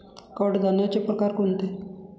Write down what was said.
कडधान्याचे प्रकार कोणते?